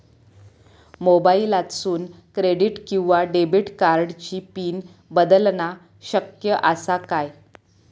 मोबाईलातसून क्रेडिट किवा डेबिट कार्डची पिन बदलना शक्य आसा काय?